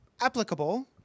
applicable